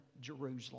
Jerusalem